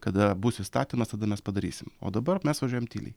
kada bus įstatymas tada mes padarysim o dabar mes važiuojam tyliai